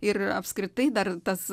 ir apskritai dar tas